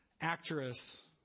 actress